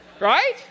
Right